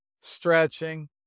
stretching